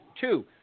Two